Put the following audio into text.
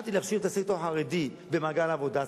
שכשהתחלתי להעסיק את הסקטור החרדי במעגל העבודה,